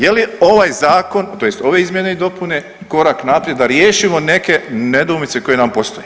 Je li ovaj Zakon, tj. ove izmjene i dopune korak naprijed da riješimo neke nedoumice koje nam postoje?